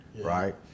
right